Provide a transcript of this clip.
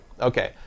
okay